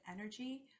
energy